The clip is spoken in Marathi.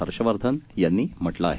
हर्षवर्धन यांनी म्हटलं आहे